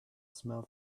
smell